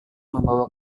membawa